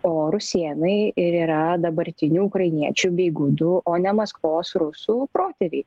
o rusėnai ir yra dabartinių ukrainiečių bei gudų o ne maskvos rusų protėviai